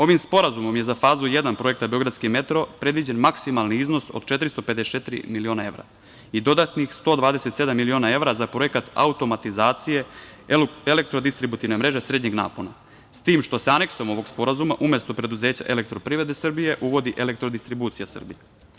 Ovim sporazumom je za fazu jedan projekta beogradski metro predviđen maksimalni iznos od 454 miliona evra i dodatnih 127 miliona evra za projekat automatizacije elektrodistributivne mreže srednjeg napona, s tim što se Aneksom ovog sporazuma umesto preduzeća Elektroprivrede Srbije uvodi Elektrodistribucija Srbije.